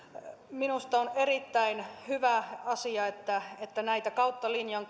minusta on erittäin hyvä asia että että näitä kautta linjan